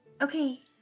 Okay